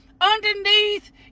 underneath